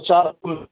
चार कुल